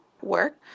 work